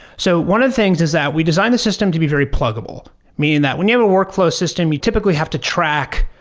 so one of the things is that we designed the system to be very pluggable. meaning, that when you have a workflow system you typically have to track,